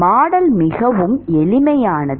model மிகவும் எளிமையானது